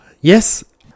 yes